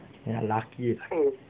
没有啦 lucky